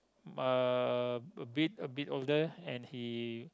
uh a bit a bit older and he